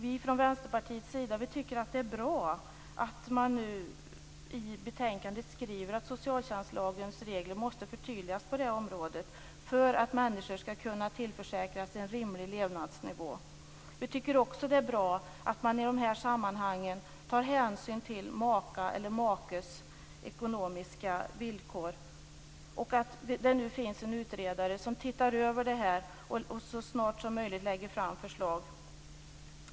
Vi i Vänsterpartiet tycker att det är bra att man nu i betänkandet skriver att socialtjänstlagens regler måste förtydligas på det området så att människor skall kunna tillförsäkras en rimlig levnadsnivå. Vi tycker också att det är bra att man i de här sammanhangen tar hänsyn till makas eller makes ekonomiska villkor, och att det nu finns en utredare som tittar över detta och så snart som möjligt lägger fram förslag.